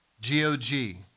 G-O-G